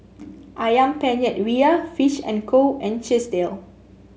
ayam Penyet Ria Fish and Co and Chesdale